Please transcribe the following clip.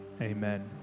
amen